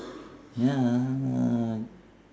ya